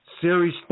Series